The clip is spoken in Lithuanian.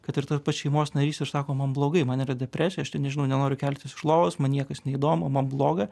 kad ir tas pats šeimos narys ir sako man blogai man yra depresija aš ten nežinau nenoriu keltis iš lovos man niekas neįdomu man bloga